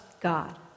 God